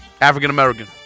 African-American